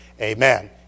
Amen